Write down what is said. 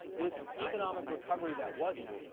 this economic recovery that wasn't,